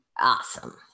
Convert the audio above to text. Awesome